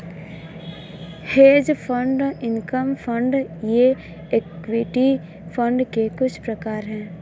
hedge fund income fund ये equity fund के कुछ प्रकार हैं